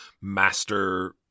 master